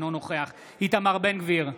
אינו נוכח איתמר בן גביר,